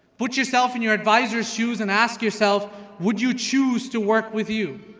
put yourself in your advisor's shoes and ask yourself would you choose to work with you.